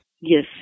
Yes